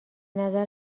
نظر